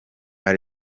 are